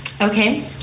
okay